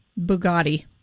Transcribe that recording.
Bugatti